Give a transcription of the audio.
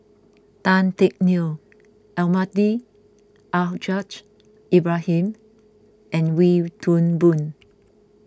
Tan Teck Neo Almahdi Al Haj Ibrahim and Wee Toon Boon